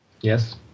Yes